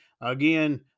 Again